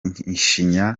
ishinya